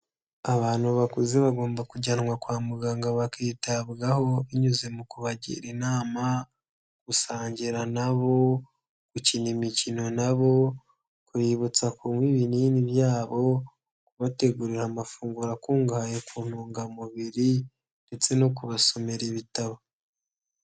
Abantu bakuze bagomba kujyanwa kwa muganga bakitabwaho binyuze mu kubagira inama, gusangira nabo, gukina imikino nabo, kubibutsa kunywa ibinini byabo, kubategurira amafunguro akungahaye ku ntungamubiri ndetse no kubasomera ibitabo.